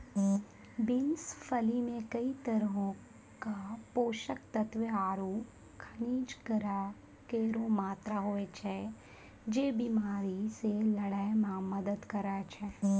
beans फली मे कई तरहो क पोषक तत्व आरु खनिज केरो मात्रा होय छै, जे बीमारी से लड़ै म मदद करै छै